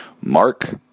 Mark